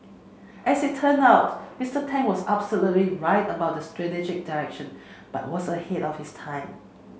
as it turned out Mister Tang was absolutely right about the strategic direction but was ahead of his time